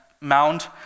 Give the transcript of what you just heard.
mound